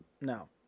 no